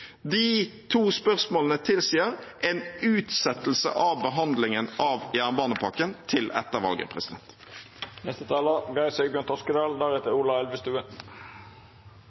De to spørsmålene tilsier en utsettelse av behandlingen av jernbanepakken til etter valget.